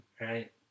Right